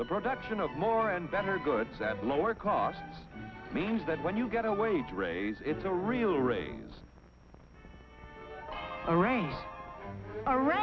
the production of more and better goods at lower cost means that when you get a wage raise it's a real raise iran